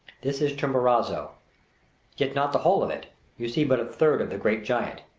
this is chimborazo yet not the whole of it you see but a third of the great giant.